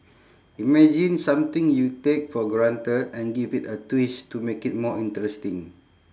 imagine something you take for granted and give it a twist to make it more interesting